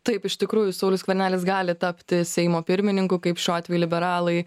taip iš tikrųjų saulius skvernelis gali tapti seimo pirmininku kaip šiuo atveju liberalai